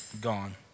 gone